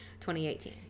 2018